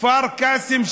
כפר קאסם,